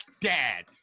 dad